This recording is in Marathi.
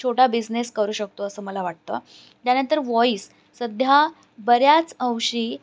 छोटा बिझनेस करू शकतो असं मला वाटतं त्यानंतर वॉईस सध्या बऱ्याच अंशी